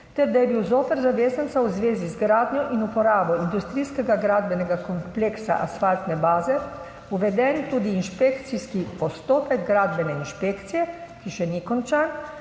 ter da je bil zoper zavezanca v zvezi z gradnjo in uporabo industrijskega gradbenega kompleksa asfaltne baze uveden tudi inšpekcijski postopek gradbene inšpekcije, ki še ni končan,